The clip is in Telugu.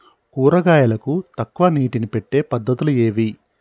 కూరగాయలకు తక్కువ నీటిని పెట్టే పద్దతులు ఏవి?